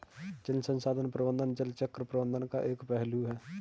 जल संसाधन प्रबंधन जल चक्र प्रबंधन का एक पहलू है